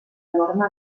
norma